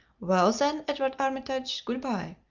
well, then, edward armitage, good-by,